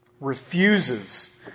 refuses